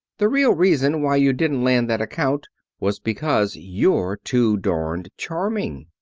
the real reason why you didn't land that account was because you're too darned charming.